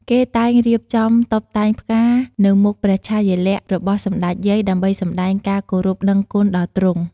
គេតែងរៀបចំតុបតែងផ្ការ នៅមុខព្រះឆាយាល័ក្ខណ៏របស់សម្តេចយាយដើម្បីសម្តែងការគោរពដឹងគុណដល់ទ្រង់។